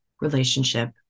relationship